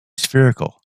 spherical